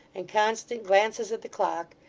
and constant glances at the clock,